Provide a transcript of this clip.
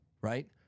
right